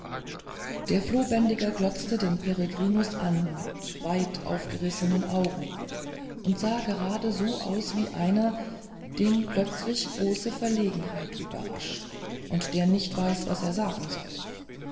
der flohbändiger glotzte den peregrinus an mit weit aufgerissenen augen und sah gerade so aus wie einer den plötzlich große verlegenheit überrascht und der nicht weiß was er sagen soll